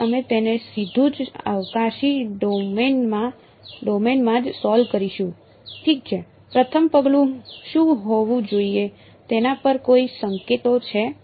તેથી અમે તેને સીધું જ અવકાશી ડોમેનમાં જ સોલ્વ કરીશું ઠીક છે પ્રથમ પગલું શું હોવું જોઈએ તેના પર કોઈ સંકેતો છે